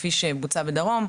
כפי שבוצע בדרום.